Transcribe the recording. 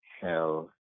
hell